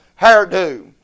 hairdo